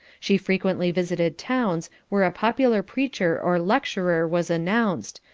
she frequently visited towns where a popular preacher or lecturer was announced,